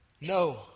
No